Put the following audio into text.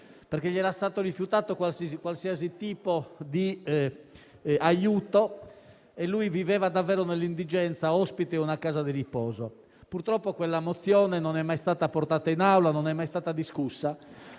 perché gli era stato rifiutato qualsiasi tipo di aiuto e viveva davvero nell'indigenza, ospite di una casa di riposo. Purtroppo quella mozione non è mai stata portata all'esame dell'Assemblea e non è mai stata discussa.